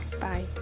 Bye